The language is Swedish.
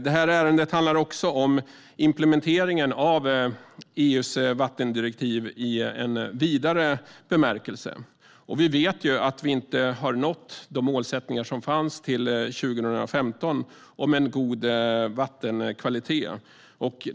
Det här ärendet handlar också om implementeringen av EU:s vattendirektiv i vidare bemärkelse. Vi vet ju att vi inte har nått målsättningarna till 2015 om en god vattenkvalitet.